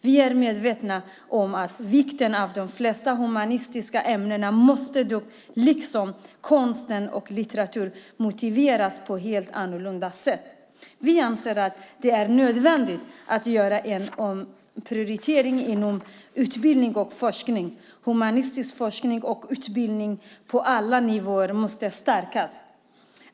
Vi är medvetna om att vikten av de flesta humanistiska ämnena liksom konsten och litteraturen måste motiveras på ett helt annorlunda sätt. Vi anser att det är nödvändigt att göra en omprioritering inom utbildning och forskning. Humanistisk forskning och utbildning på alla nivåer måste stärkas.